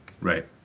Right